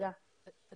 אני